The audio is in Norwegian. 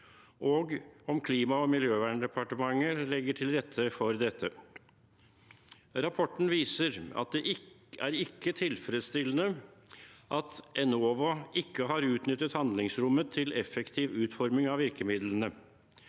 og om Klima- og miljødepartementet legger til rette for dette. Rapporten viser at det er «ikke tilfredsstillende» at Enova ikke har utnyttet handlingsrommet til effektiv utforming av virkemidlene.